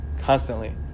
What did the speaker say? constantly